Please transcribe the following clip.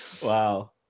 Wow